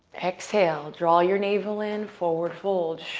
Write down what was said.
exhale, draw your navel in, forward fold.